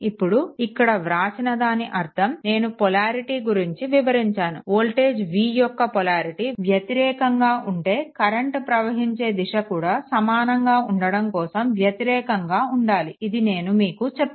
ఇప్పుడు ఇక్కడ వ్రాసిన దాని అర్థం నేను పొలారిటీ గురించి వివరించాను వోల్టేజ్ v యొక్క పొలారిటీకి వ్యతిరేకంగా ఉంటే కరెంట్ ప్రవహించే దిశ కూడా సమానంగా ఉండడం కోసం వ్యతిరేకంగా ఉండాలి ఇది నేను మీకు చెప్పాను